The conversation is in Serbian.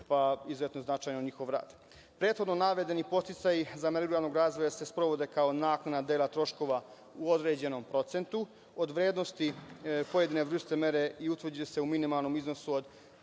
je izuzetno značajan njihov rad. Prethodni navedeni podsticaji za mere ruralnog razvoja se sprovode kao naknade dela troškova u određenom procentu od vrednosti pojedine vrste mere i utvrđuje se u minimalnom iznosu od